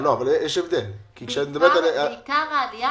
יש הבדל, כשאת מדברת על --- עיקר העלייה